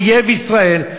אויב ישראל,